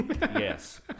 Yes